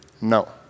No